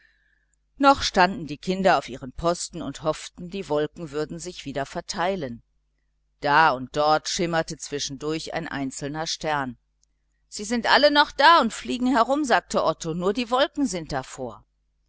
noch standen die kinder auf ihrem posten und hofften die wolken würden sich wieder verteilen da und dort schimmerte zwischendurch ein einzelner stern sie sind alle noch da und fliegen herum sagte otto nur die wolken sind davor